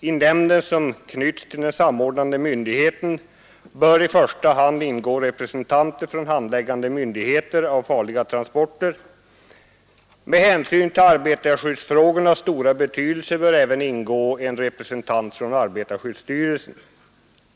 I nämnden, som knyts till den samordnande myndigheten, bör i första hand ingå representanter för de myndigheter som kommer att handlägga frågor rörande vägtransporter av farligt gods. Med hänsyn till arbetarskyddsfrågornas stora betydelse bör även ingå en representant för arbetarskyddsstyrelsen.